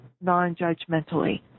non-judgmentally